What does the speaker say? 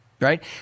Right